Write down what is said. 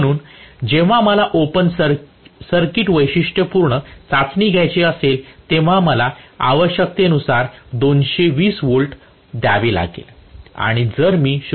म्हणून जेव्हा मला ओपन सर्किट वैशिष्ट्यपूर्ण चाचणी घ्यायची असेल तेव्हा मला आवश्यकतेनुसार 220 व्होल्ट द्यावे लागेल आणि जर मी 0